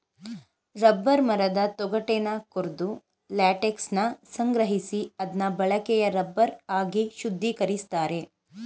rubber ಮರದ ತೊಗಟೆನ ಕೊರ್ದು ಲ್ಯಾಟೆಕ್ಸನ ಸಂಗ್ರಹಿಸಿ ಅದ್ನ ಬಳಕೆಯ ರಬ್ಬರ್ ಆಗಿ ಶುದ್ಧೀಕರಿಸ್ತಾರೆ